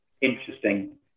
interesting